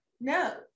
No